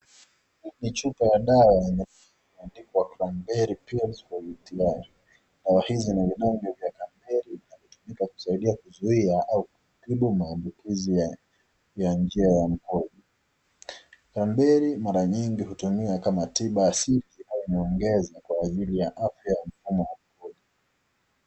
Ni chupa ya dawa iliandikwa cranberry pills for UTI . Na hizi ni vidonge vya cranberry na vinatumika kusaidia kuzuia au kutibu maambukizi ya njia ya mkojo. Cranberry mara nyingi hutumiwa kama tiba asili au nyongeza kwa ajili ya afya ya mfumo wa mkojo.